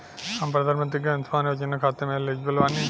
हम प्रधानमंत्री के अंशुमान योजना खाते हैं एलिजिबल बनी?